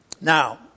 Now